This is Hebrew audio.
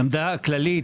העמדה הכללית,